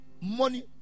money